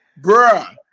bruh